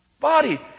body